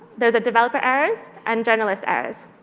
those are developer errors and journalist errors.